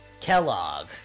Kellogg